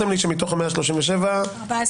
זאת אומרת, אמרתם לי ש-14 מתוך ה-137 הם שלכם.